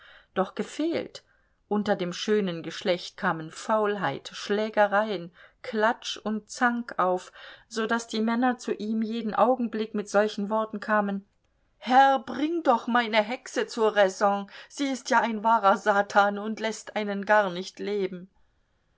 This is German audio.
doch gefehlt unter dem schönen geschlecht kamen faulheit schlägereien klatsch und zank auf so daß die männer zu ihm jeden augenblick mit solchen worten kamen herr bring doch meine hexe zur raison sie ist ja ein wahrer satan und läßt einen gar nicht leben